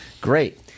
Great